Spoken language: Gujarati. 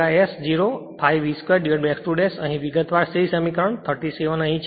5 V 2x 2 અહીં તે વિગતવાર C સમીકરણ 37 અહીં છે